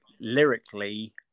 lyrically